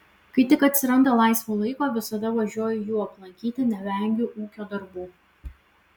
kai tik atsiranda laisvo laiko visada važiuoju jų aplankyti nevengiu ūkio darbų